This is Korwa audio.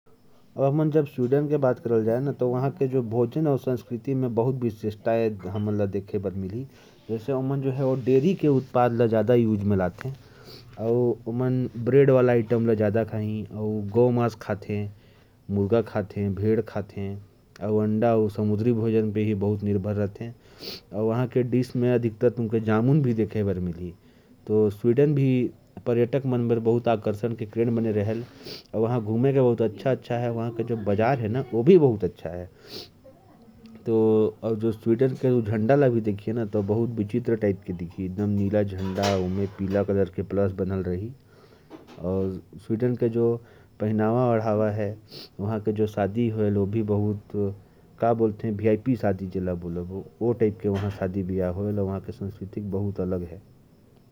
स्वीडन की संस्कृति बहुत अलग है। वहां के लोगों का मुख्य आहार डेयरी आइटम्स होते हैं, जैसे ब्रेड और मांसाहारी भोजन, जैसे गौमांस और मुर्गा। और वहां के लोगों का पहनावा भी बहुत अलग है। झंडा भी नीले रंग में क्रॉस के साथ दिखता है।